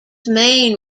main